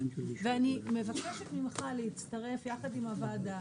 אני מבקשת ממך להצטרף יחד עם הוועדה